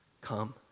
Come